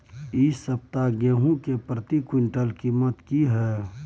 इ सप्ताह गेहूं के प्रति क्विंटल कीमत की हय?